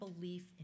belief